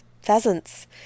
pheasants